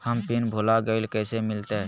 हम पिन भूला गई, कैसे मिलते?